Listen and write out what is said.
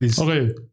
Okay